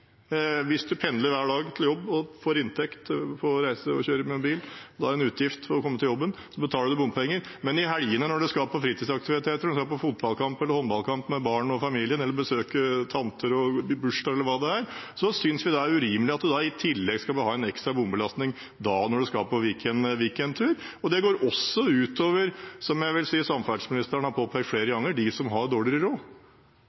Hvis man pendler hver dag til jobb – får inntekt ved å reise og kjøre med bil, og en utgift for å komme til jobben – betaler man bompenger. Men i helgene – når man skal på fritidsaktiviteter, fotballkamp eller håndballkamp med barn og familie, besøke tante, dra i bursdag e.l. – synes vi det er urimelig at man i tillegg skal bli belastet for en bompassering, når man skal på weekendtur. Det går også ut over – som jeg vil si samferdselsministeren har påpekt flere